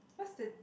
what's this